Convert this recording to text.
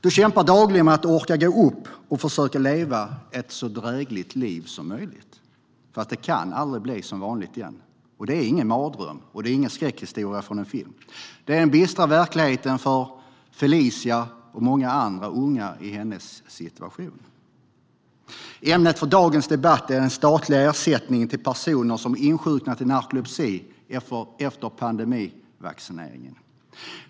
Du kämpar dagligen med att orka gå upp och försöka leva ett så drägligt liv som möjligt, fast det kan aldrig bli som vanligt igen. Det är ingen mardröm, och det är ingen skräckhistoria från en film. Det är den bistra verkligheten för Felicia och många andra unga i hennes situation. Ämnet för dagens debatt är statlig ersättning till personer som insjuknat i narkolepsi efter pandemivaccinering.